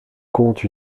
compte